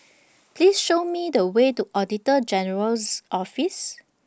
Please Show Me The Way to Auditor General's Office